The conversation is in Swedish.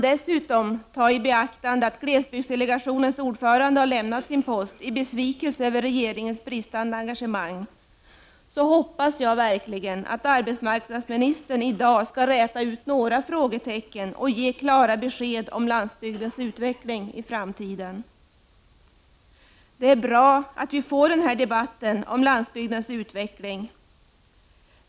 Dessutom bör man ta i beaktande att glesbygdsdelegationens ordförande lämnar sin post i besvikelse över regeringens bristande engagemang. Men jag hoppas verkligen att arbetsmarknadsministern skall kunna räta ut några frågetecken och ge klara besked om landsbygdens utveckling i framtiden. Det är bra att vi får en debatt om landsbygdens utveckling.